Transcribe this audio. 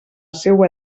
seua